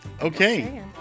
okay